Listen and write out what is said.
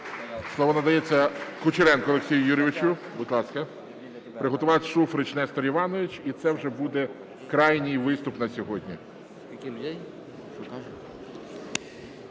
Слово надається Кучеренку Олексію Юрійовичу. Будь ласка. Приготуватись – Шуфрич Нестор Іванович. і це вже буде крайній виступ на сьогодні.